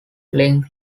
link